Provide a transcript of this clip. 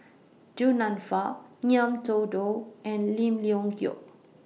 Du Nanfa Ngiam Tong Dow and Lim Leong Geok